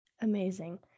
amazing